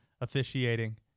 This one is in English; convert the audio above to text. officiating